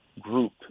group